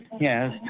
yes